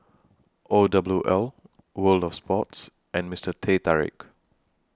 O W L World of Sports and Mister Teh Tarik